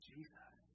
Jesus